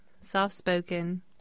Soft-spoken